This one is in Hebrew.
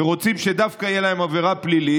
ורוצים שדווקא תהיה להם עבירה פלילית,